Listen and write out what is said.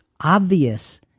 obvious